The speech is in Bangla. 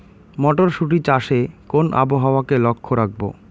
মটরশুটি চাষে কোন আবহাওয়াকে লক্ষ্য রাখবো?